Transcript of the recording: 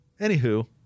anywho